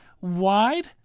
Wide